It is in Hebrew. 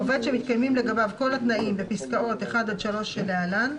עובד שמתקיימים לגביו כל התנאים בפסקאות 1 עד 3 שלהלן,